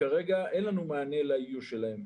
כרגע אין לנו מענה לאיוש שלהן.